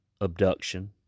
abduction